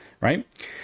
right